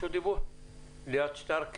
ליאת שטרק,